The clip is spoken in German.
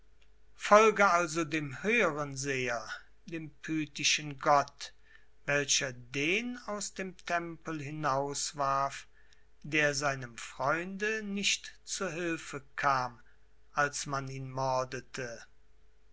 folge also dem höheren seher dem pythischen gott welcher den aus dem tempel hinauswarf der seinem freunde nicht zu hilfe kam als man ihr mordete